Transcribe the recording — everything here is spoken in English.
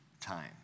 time